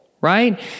right